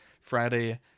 Friday